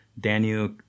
Daniel